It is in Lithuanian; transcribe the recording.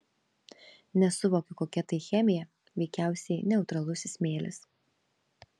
nesuvokiu kokia tai chemija veikiausiai neutralusis smėlis